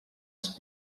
els